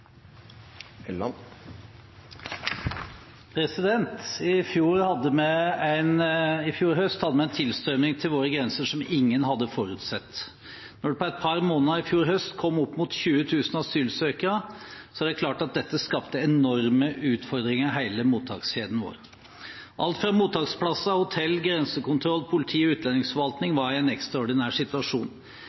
I fjor høst hadde vi en tilstrømming til våre grenser som ingen hadde forutsett. I løpet av et par måneder i fjor høst kom opp mot 20 000 asylsøkere, og det er klart at dette skapte enorme utfordringer i hele mottakskjeden vår. Alt fra mottaksplasser, hotell, grensekontroll og politi til utlendingsforvaltning var i en ekstraordinær situasjon.